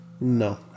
No